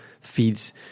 feeds